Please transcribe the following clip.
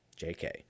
JK